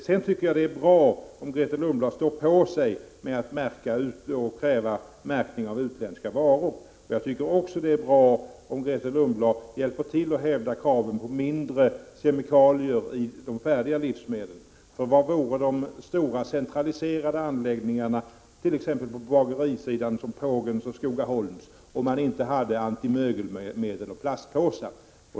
Det är bra om Grethe Lundblad står på sig när det gäller kravet på märkning av utländska varor. Det är också bra om Grethe Lundblad hjälper till att hävda kraven på färre kemikalier i färdiga livsmedel. Vad vore de stora centraliserade anläggningarna på exempelvis bagerisidan, såsom Pågens och Skogaholms, om man inte hade antimögelmedel och plastpåsar?